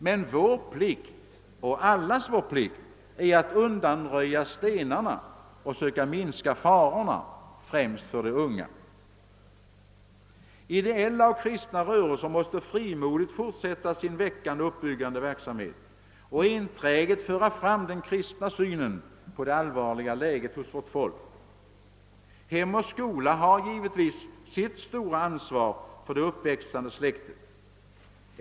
Men allas vår plikt är att undanröja stenarna och söka minska farorna, främst för de unga. Ideella och kristna rörelser måste frimodigt fortsätta sin väckande och uppbyggande verksamhet och enträget föra fram den kristna synen på det allvarliga läget för vårt folk. Hem och skola har givetvis sitt stora ansvar för det uppväxande släktet.